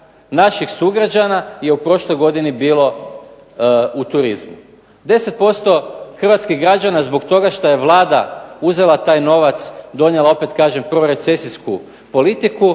naših sugrađana je u prošloj godini bilo u turizmu. 10% hrvatskih građana zbog toga što je Vlada uzela taj novac, donijela, opet kažem, prorecesijsku politiku,